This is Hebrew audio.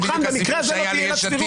במקרה הזה לא תהיה סבירות.